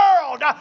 world